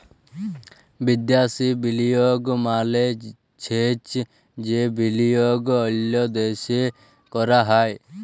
বিদ্যাসি বিলিয়গ মালে চ্ছে যে বিলিয়গ অল্য দ্যাশে ক্যরা হ্যয়